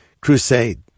crusade